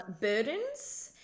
burdens